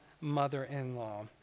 mother-in-law